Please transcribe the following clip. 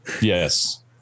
Yes